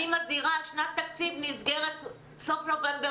אני מזהירה: שנת תקציב נסגרת בסוף נובמבר,